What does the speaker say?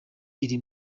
iri